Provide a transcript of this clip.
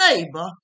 neighbor